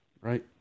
Right